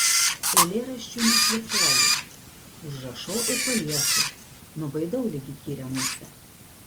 eilėraščių nešlifuoju užrašau ir palieku nubaidau lyg įkyrią musę